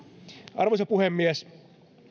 arvoisa puhemies